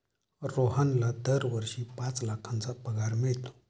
रोहनला दरवर्षी पाच लाखांचा पगार मिळतो